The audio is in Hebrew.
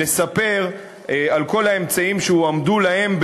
לספר על כל האמצעים שהועמדו להם,